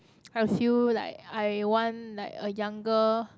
I feel like I want like a younger